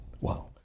Wow